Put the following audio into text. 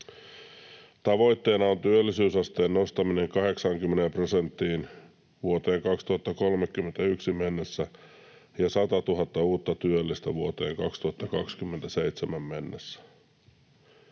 Tavoitteena on työllisyysasteen nostaminen 80 prosenttiin vuoteen 2031 mennessä ja 100 000 uutta työllistä vuoteen 2027 mennessä.